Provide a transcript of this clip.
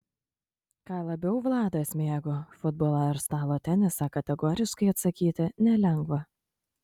ką labiau vladas mėgo futbolą ar stalo tenisą kategoriškai atsakyti nelengva